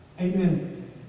Amen